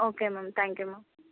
okay ma'am thank you ma'am